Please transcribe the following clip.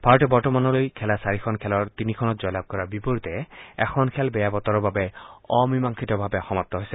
ভাৰতে বৰ্তমানলৈ খেলা চাৰিখন খেলৰ তিনিখনত জয়লাভ কৰাৰ বিপৰীতে এখন খেল বেয়া বতৰৰ বাবে অমীমাংসিতভাৱে সমাপ্ত হৈছে